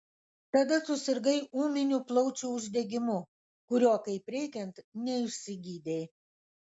tada tu sirgai ūminiu plaučių uždegimu kurio kaip reikiant neišsigydei